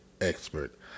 Expert